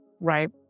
right